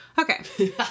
Okay